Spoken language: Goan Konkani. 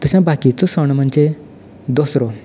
तशें बाकीचो सण म्हणजे दसरो